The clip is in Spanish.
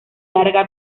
larga